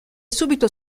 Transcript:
subito